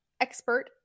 expert